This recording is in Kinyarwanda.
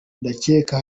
ndacyeka